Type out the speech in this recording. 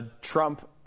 Trump